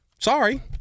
Sorry